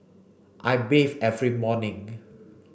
I bathe every morning